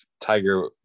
tiger